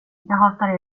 hatar